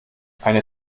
eine